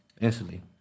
instantly